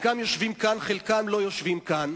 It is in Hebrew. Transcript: חלקם יושבים כאן, חלקם לא יושבים כאן,